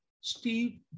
Steve